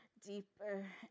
deeper